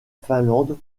finlande